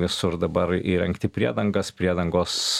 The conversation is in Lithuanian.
visur dabar įrengti priedangas priedangos